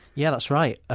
yeah that's right. ah